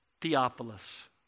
Theophilus